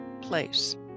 place